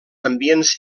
ambients